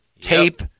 tape